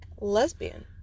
lesbian